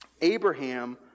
Abraham